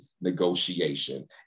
negotiation